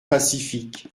pacifique